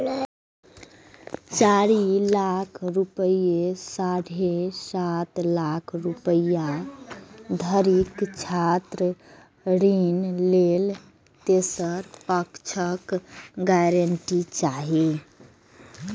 चारि लाख सं साढ़े सात लाख रुपैया धरिक छात्र ऋण लेल तेसर पक्षक गारंटी चाही